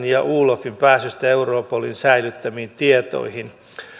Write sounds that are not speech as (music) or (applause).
(unintelligible) ja olafin pääsystä europolin sälyttämiin tietoihin